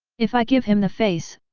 if i give him the face,